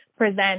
Present